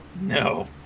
No